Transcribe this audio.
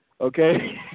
okay